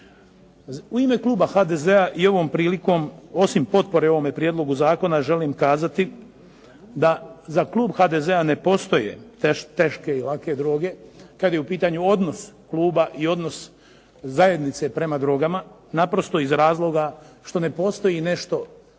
U ime kluba HDZ-a i ovom prilikom osim potpore ovome prijedlogu zakona želim kazati da za klub HDZ-a ne postoje teške i lake droge kad je u pitanju odnos kluba i odnos zajednice prema drogama naprosto iz razloga što ne postoji nešto